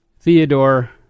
Theodore